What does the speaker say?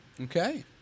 Okay